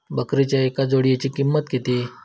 बकरीच्या एका जोडयेची किंमत किती?